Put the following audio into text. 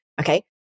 Okay